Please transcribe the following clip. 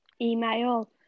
email